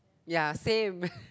ya same